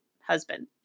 husband